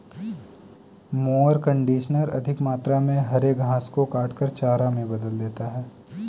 mower conditioner अधिक मात्रा में हरे घास को काटकर चारा में बदल देता है